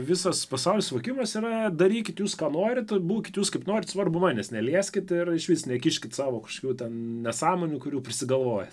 visas pasaulio suvokimas yra darykit jūs ką norit būkit jūs kaip norit svarbu manęs nelieskite ir išvis nekiškit savo kažkokių nesąmonių kurių prisigalvojat